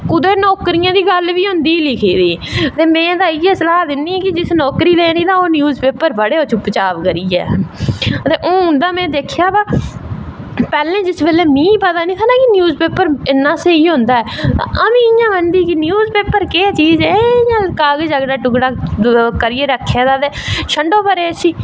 कुदै नोकरियें दी गल्ल बी होंदी लिखी दी ते में तां इया सलाह् दिन्नी कि जिस नौकरी लैनी तां ओह् न्यूज पेपर पढ़ेओ चुप्प चाप करियै हून ते में दिक्खेआ वा पैह्लें जिसलै मिगी पता नेईं हा ना कि न्यूज पेपर इन्ना स्हेई होंदा ऐ अऊं बी इयां बनदी बी न्यूज पेपर केह् ऐ इयां गै कागज अगड़ा टुकड़ा करियै रक्के दा ते छंडो इसी अगड़ा